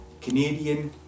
Canadian